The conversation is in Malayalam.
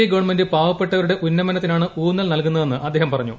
എ ഗവൺമെന്റ് പാവ പ്പെട്ടവരുടെ ഉന്നമനത്തിനാണ് ഊന്നൽ നൽകുന്നതെന്ന് അദ്ദേഹം പറഞ്ഞു